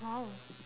!wow!